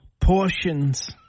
Portions